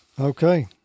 Okay